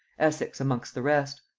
essex amongst the rest.